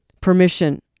permission